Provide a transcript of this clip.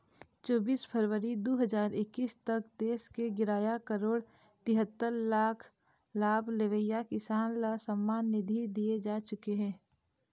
चोबीस फरवरी दू हजार एक्कीस तक देश के गियारा करोड़ तिहत्तर लाख लाभ लेवइया किसान ल सम्मान निधि दिए जा चुके हे